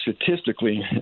statistically